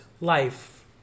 life